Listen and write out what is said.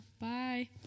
bye